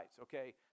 okay